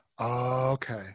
Okay